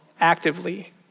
actively